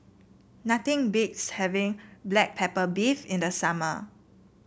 nothing beats having Black Pepper Beef in the summer